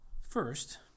First